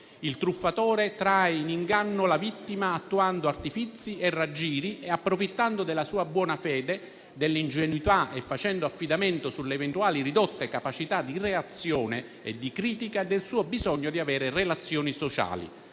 Il truffatore trae in inganno la vittima attuando artifizi e raggiri, approfittando della sua buona fede e dell'ingenuità e facendo affidamento sulle eventuali ridotte capacità di reazione e di critica, nonché del suo bisogno di avere relazioni sociali.